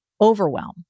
overwhelm